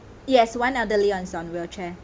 yes one elderly on on wheelchair